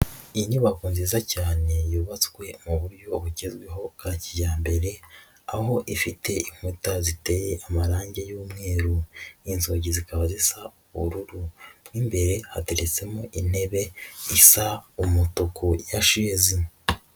Ni inyubako nziza cyane yubatswe mu buryo bugezweho bwa kijyambere, aho ifite inkuta ziteye amarangi y'umweru n'inzugi zikaba zisa ubururu. Imbere hateretsemo intebe isa umutuku ya sheze.